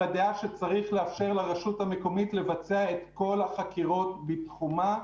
בדעה שצריך לאפשר לרשות המקומית לבצע את כל החקירות בתחומה,